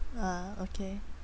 uh okay